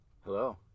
hello